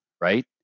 right